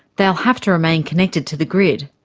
they will have to remain connected to the grid.